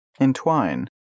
Entwine